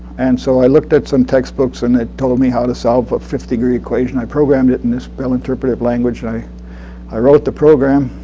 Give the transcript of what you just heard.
and so i looked at some textbooks, and it told me how to solve a fifth-degree equation. i programmed it in this bell interpretive language. i i wrote the program.